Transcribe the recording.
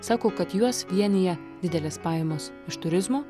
sako kad juos vienija didelės pajamos iš turizmo